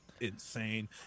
insane